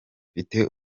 mfite